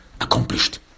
accomplished